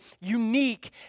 unique